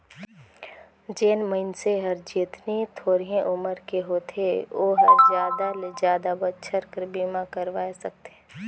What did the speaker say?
जेन मइनसे हर जेतनी थोरहें उमर के होथे ओ हर जादा ले जादा बच्छर बर बीमा करवाये सकथें